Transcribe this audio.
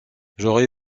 j’aurai